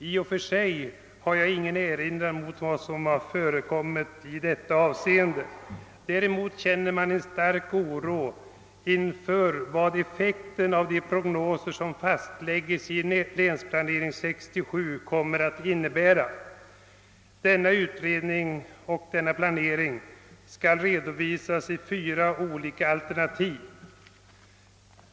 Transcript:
I och för sig har jag ingen erinran mot vad som förekommit i detta avseende. Däremot känner jag stark oro inför vad effekten av de prognoser som framlagts av »länsplanering 67» kommer att innebära. Denna utredning och planering skall redovisas i fyra olika alternativ.